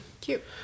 Cute